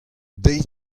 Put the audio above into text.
deiz